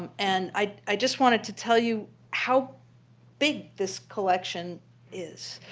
um and i just wanted to tell you how big this collection is.